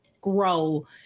grow